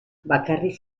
bakarrik